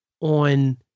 on